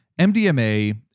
MDMA